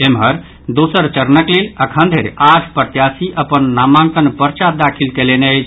एम्हर दोसर चरणक लेल अखन धरि आठ प्रत्याशी अपन नामांकन पर्चा दाखिल कयलनि अछि